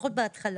לפחות לא בהתחלה.